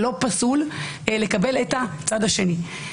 לא פסול לקבל את הצד השני.